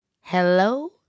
hello